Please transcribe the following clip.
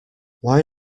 why